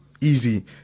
easy